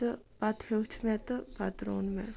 تہٕ پَتہٕ ہیوٚچھ مےٚ تہٕ پَتہٕ روٚن مےٚ